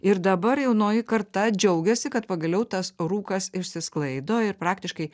ir dabar jaunoji karta džiaugiasi kad pagaliau tas rūkas išsisklaido ir praktiškai